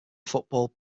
football